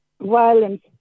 violence